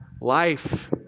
life